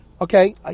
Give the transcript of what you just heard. okay